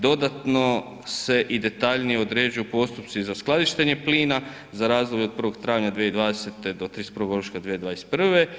Dodatno se i detaljnije određuju postupci za skladištenje plina za razdoblje od 1. travnja 2020. do 31. ožujka 2021.